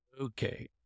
okay